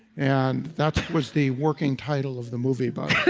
and that was the working title of the movie, about